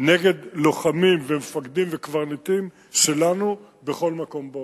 נגד לוחמים ומפקדים וקברניטים שלנו בכל מקום בעולם,